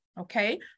Okay